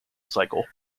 cycle